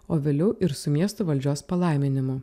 o vėliau ir su miesto valdžios palaiminimu